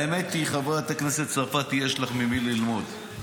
האמת היא, חברת הכנסת צרפתי, יש לך ממי ללמוד,